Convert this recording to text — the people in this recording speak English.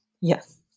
Yes